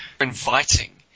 inviting